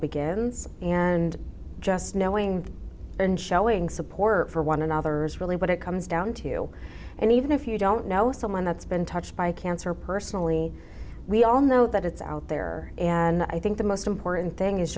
begins and just knowing and showing support for one another is really what it comes down to and even if you don't know someone that's been touched by cancer personally we all know that it's out there and i think the most important thing is